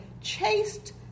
chased